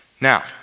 Now